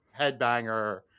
headbanger